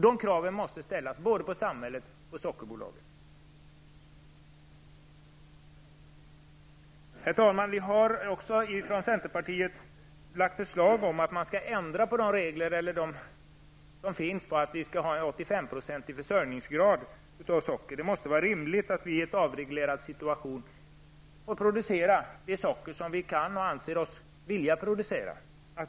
Dessa krav måste ställas både på samhället och på Herr talman! Centerpartiet har också lagt fram förslag på att ändra de nuvarande reglerna om en självförsörjningsgrad på 85 % för socker. Det måste vara rimligt att i en avreglerad situation producera det socker som vi kan och anser oss villja producera.